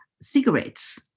cigarettes